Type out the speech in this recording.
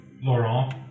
Laurent